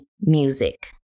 music